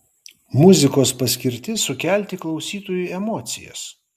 muzikos paskirtis sukelti klausytojui emocijas